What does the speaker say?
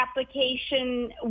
application